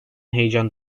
heyecan